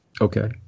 Okay